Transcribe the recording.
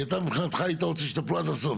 כי אתה מבחינתך היית רוצה שיטפלו עד הסוף,